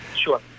sure